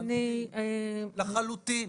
לחלוטין.